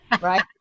right